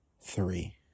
three